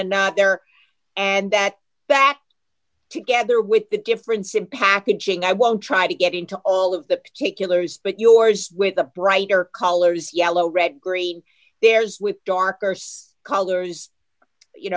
a not there and that back together with the difference in packaging i won't try to get into all of the particulars but yours with the brighter colors yellow red green there's with darker so colors you